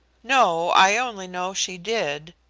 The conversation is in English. no i only know she did,